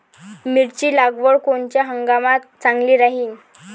मिरची लागवड कोनच्या हंगामात चांगली राहीन?